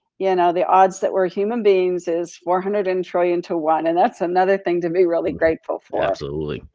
yeah you know the odds that we're human beings is four hundred and trillion to one and that's another thing to be really grateful for. absolutely.